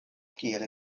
kiel